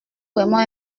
vraiment